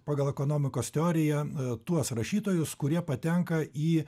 pagal ekonomikos teoriją tuos rašytojus kurie patenka į